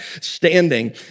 standing